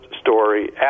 story